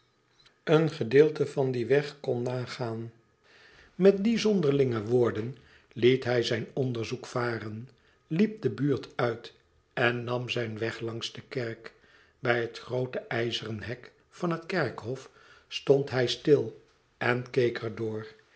een eedeelte van dien weg kon nagaan met die zonderlinge woorden liet hij zijn onderzoek varen liep de buurt uit en nam zijn weg langs de kerk bij het groote ijzeren hek van het kerkhof stond hij stil en keek